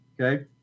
okay